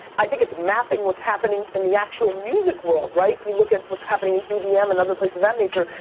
i think it's mapping what's happening in the actual music world, right? you look at what's happening in edm yeah um and other places of that nature,